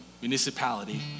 municipality